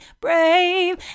brave